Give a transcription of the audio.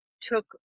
took